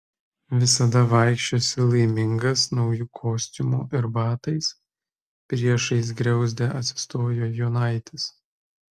visada vaikščiosi laimingas nauju kostiumu ir batais priešais griauzdę atsistojo jonaitis